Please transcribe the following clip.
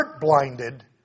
blinded